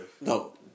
No